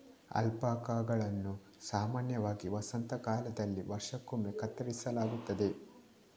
ಅಲ್ಪಾಕಾಗಳನ್ನು ಸಾಮಾನ್ಯವಾಗಿ ವಸಂತ ಕಾಲದಲ್ಲಿ ವರ್ಷಕ್ಕೊಮ್ಮೆ ಕತ್ತರಿಸಲಾಗುತ್ತದೆ